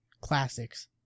classics